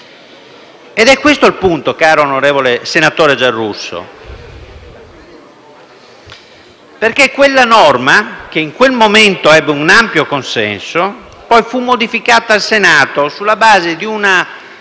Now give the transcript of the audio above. È questo il punto, caro senatore Giarrusso, perché quella norma, che in quel momento ebbe un ampio consenso, poi fu modificata al Senato, sulla base di una